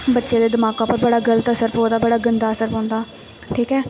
बच्चे दे दमाका पर बड़ा गल्त असर पवै दा बड़ा गंदा असर पौंदा ठीक ऐ